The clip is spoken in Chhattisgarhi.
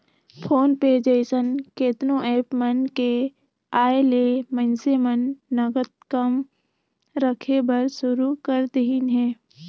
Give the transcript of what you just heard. फोन पे जइसन केतनो ऐप मन के आयले मइनसे मन नगद कम रखे बर सुरू कर देहिन हे